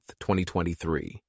2023